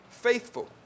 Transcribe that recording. faithful